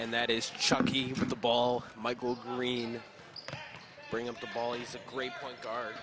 and that is chuckie who put the ball michael green bring up the ball he's a great point guard